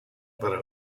para